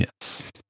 Yes